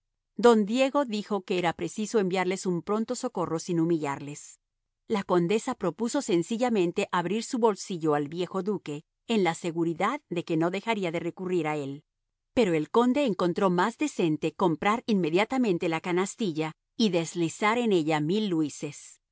don diego dijo que era preciso enviarles un pronto socorro sin humillarles la condesa propuso sencillamente abrir su bolsillo al viejo duque en la seguridad de que no dejaría de recurrir a él pero el conde encontró más decente comprar inmediatamente la canastilla y deslizar en ella mil luises